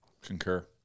Concur